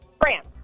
France